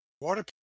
water